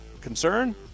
Concern